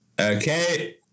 Okay